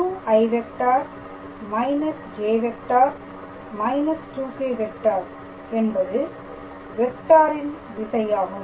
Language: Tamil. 2i − j − 2k என்பது வெக்டாரின் திசையாகும்